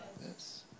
Yes